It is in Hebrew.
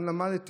גם למדתי,